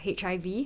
HIV